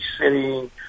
sitting